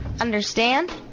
understand